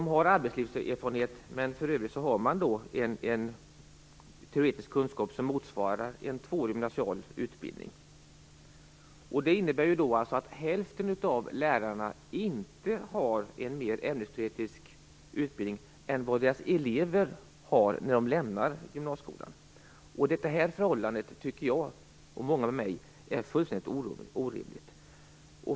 Man har arbetslivserfarenhet, men för övrigt har man en teoretisk kunskap motsvarande tvåårig gymnasial utbildning. Hälften av lärarna har alltså inte en mera ämnesteoretisk utbildning än vad deras elever har när dessa lämnar gymnasieskolan. Det förhållandet tycker jag och många med mig är fullständigt orimligt.